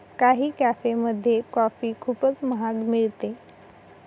काही कॅफेमध्ये कॉफी खूपच महाग मिळते